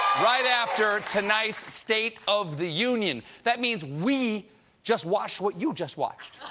right after tonight's state of the union. that means we just watched what you just watched.